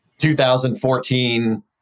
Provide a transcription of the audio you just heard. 2014